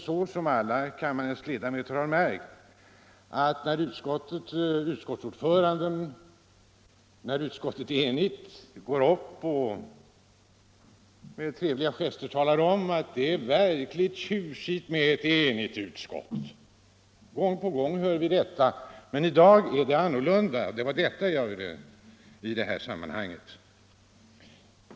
Som alla kammarens ledamöter säkert har märkt brukar utskottsordförande när utskottet är enigt stiga upp och med trevliga gester tala om hur verkligt tjusigt det är med ett enigt utskott. Det har vi hört gång på gång. Men i dag är det annorlunda, och det var det jag ville säga i detta sammanhang.